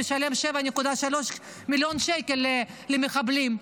משלם 7.3 מיליון שקלים למחבלים,